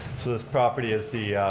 so this property is the